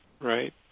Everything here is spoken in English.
right